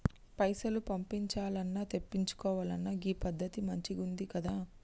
పైసలు పంపించాల్నన్నా, తెప్పిచ్చుకోవాలన్నా గీ పద్దతి మంచిగుందికదా